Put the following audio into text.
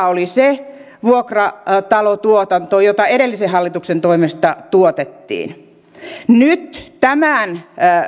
oli se vuokratalotuotanto jota edellisen hallituksen toimesta tuotettiin nyt tämän